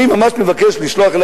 אני ממש מבקש לשלוח אלי